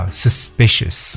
suspicious